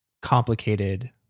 complicated